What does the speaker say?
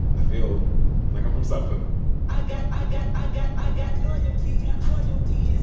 i feel like i'm from south philly i got, i got, i got, i got loyalty, got royalty